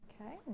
Okay